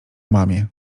mamie